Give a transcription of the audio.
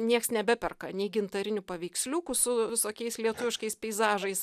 nieks nebeperka nei gintarinių paveiksliukų su visokiais lietuviškais peizažais